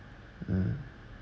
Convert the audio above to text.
um